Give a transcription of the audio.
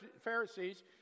Pharisees